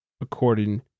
according